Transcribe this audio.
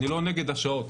אני לא נגד השעות,